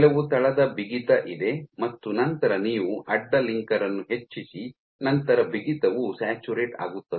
ಕೆಲವು ತಳದ ಬಿಗಿತ ಇದೆ ಮತ್ತು ನಂತರ ನೀವು ಅಡ್ಡ ಲಿಂಕರ್ ಅನ್ನು ಹೆಚ್ಚಿಸಿ ನಂತರ ಬಿಗಿತವು ಸ್ಯಾಚುರೇಟ್ ಆಗುತ್ತದೆ